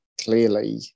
clearly